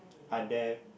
are there